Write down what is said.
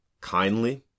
kindly